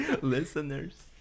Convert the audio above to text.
Listeners